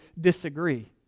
disagree